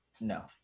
No